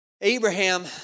Abraham